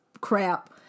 crap